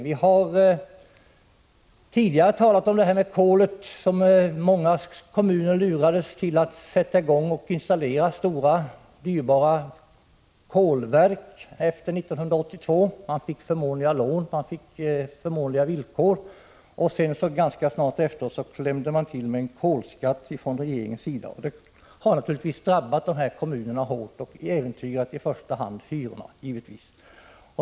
Vi har tidigare pekat på att många kommuner efter 1982 lurades att installera stora, dyrbara kolverk. De fick lån med förmånliga villkor, men ganska snart därefter klämde regeringen till med en kolskatt. Det har naturligtvis drabbat kommunerna hårt och äventyrat i första hand hyrorna.